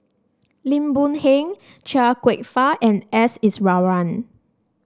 Lim Boon Heng Chia Kwek Fah and S Iswaran